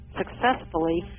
successfully